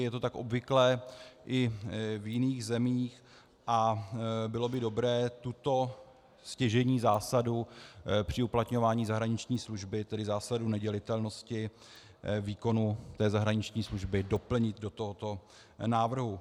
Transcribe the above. Je to tak obvyklé i v jiných zemích a bylo by dobré tuto stěžejní zásadu při uplatňování zahraniční služby, tedy zásadu nedělitelnosti výkonu zahraniční služby, doplnit do tohoto návrhu.